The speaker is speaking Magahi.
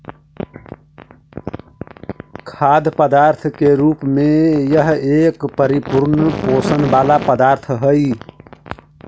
खाद्य पदार्थ के रूप में यह एक परिपूर्ण पोषण वाला पदार्थ हई